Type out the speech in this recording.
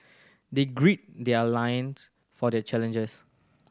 they gird their loins for the challenges